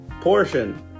portion